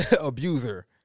abuser